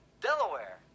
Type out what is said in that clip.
Delaware